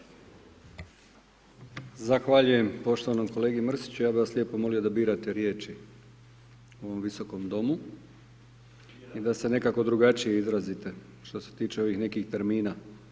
Zahvaljujem poštovanom kolegi Mrsiću, ja bih vas lijepo molio da birate riječi u ovom Visokom domu i da se nekako drugačije izrazite što se tiče ovih nekih termina.